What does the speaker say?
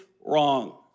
wrong